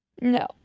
No